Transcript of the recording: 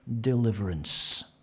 deliverance